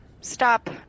stop